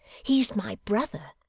he's my brother,